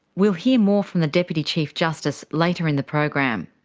we'll hear more from the deputy chief justice later in the program.